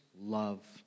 love